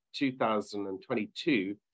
2022